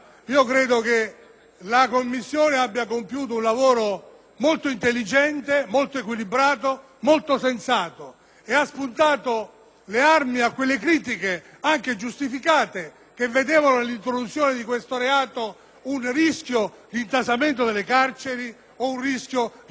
molto intelligente, molto equilibrato e molto sensato ed ha spuntato le armi a quelle critiche, anche giustificate, che vedevano nell'introduzione di questo reato un rischio di intasamento delle carceri o della macchina giudiziaria.